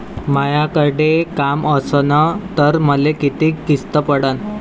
मायाकडे काम असन तर मले किती किस्त पडन?